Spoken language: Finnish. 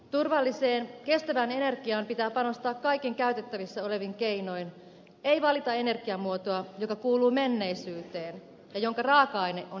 turvalliseen kestävään energiaan pitää panostaa kaikin käytettävissä olevin keinoin ei valita energiamuotoa joka kuuluu menneisyyteen ja jonka raaka aine on ehtyvä